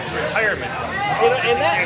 retirement